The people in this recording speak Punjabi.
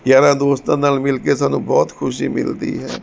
ਯਾਰਾਂ ਦੋਸਤਾਂ ਨਾਲ ਮਿਲ ਕੇ ਸਾਨੂੰ ਬਹੁਤ ਖੁਸ਼ੀ ਮਿਲਦੀ ਹੈ